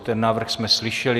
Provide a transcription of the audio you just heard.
Ten návrh jsme slyšeli.